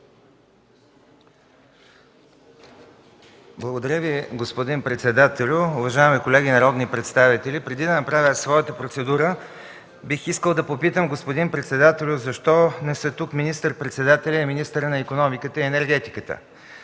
Благодаря Ви, господин председател. Уважаеми колеги народни представители, преди да направя своята процедура, бих искал да попитам, господин председател, защо не са тук министър-председателят и министърът на икономиката, енергетиката